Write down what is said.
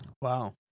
Wow